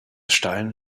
stein